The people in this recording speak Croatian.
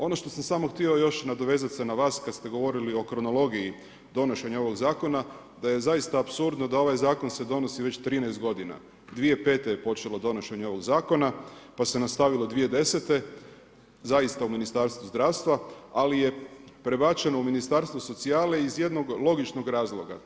Ono što sam samo htio nadovezati se na vas, kad ste govorili o kronologiji donošenja ovog zakona, da je zaista apsurdno da ovaj zakon se donosi već 13 g. 2005. je počelo donošenje ovog zakona, pa se nastavilo 2010. zaista u Ministarstvu zdravstva, ali je prebačeno u Ministarstvo socijale, iz jednog logičnog razloga.